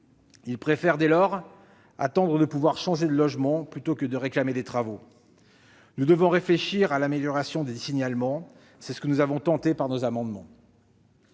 Ils préfèrent, dès lors, attendre de pouvoir changer de logement plutôt que de réclamer des travaux. Nous devons donc réfléchir à l'amélioration des signalements. C'est ce que nous avons tenté de faire,